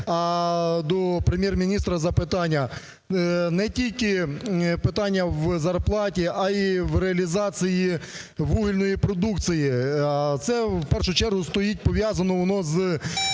А до Прем'єр-міністра запитання. Не тільки питання в зарплаті, а і в реалізації вугільної продукції. А це, в першу чергу, стоїть… пов'язано воно